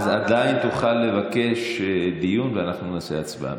אז עדיין תוכל לבקש דיון, ואנחנו נעשה הצבעה.